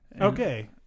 Okay